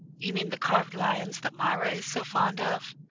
you mean the carved lions that myra is so fond of.